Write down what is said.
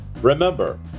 Remember